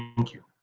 thank you.